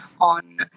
on